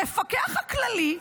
המפקח הכללי,